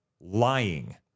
lying